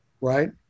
right